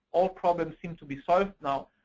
all problems seem to be solved now.